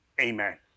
amen